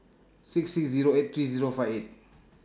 six six Zero eight three Zero five eight